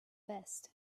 best